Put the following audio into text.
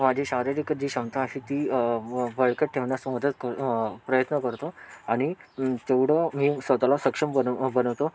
माझी शारीरिक जी क्षमता अशी ती बळकट ठेवण्यास मदत क प्रयत्न करतो आणि तेवढं मी स्वत ला सक्षम बनव बनवतो